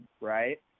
Right